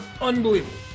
unbelievable